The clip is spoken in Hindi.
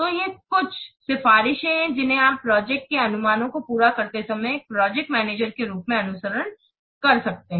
तो ये कुछ सिफारिशें हैं जिन्हें आप प्रोजेक्ट के अनुमानों को पूरा करते समय एक प्रोजेक्ट मेनेजर के रूप में अनुसरण कर सकते हैं